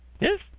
Yes